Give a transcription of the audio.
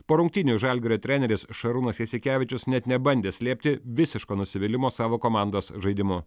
po rungtynių žalgirio treneris šarūnas jasikevičius net nebandė slėpti visiško nusivylimo savo komandos žaidimu